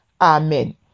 Amen